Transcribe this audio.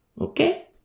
Okay